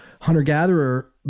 hunter-gatherer